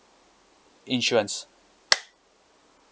insurance